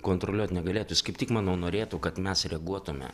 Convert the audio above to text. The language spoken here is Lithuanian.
kontroliuot negalėtų jis kaip tik manau norėtų kad mes reaguotume